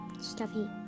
stuffy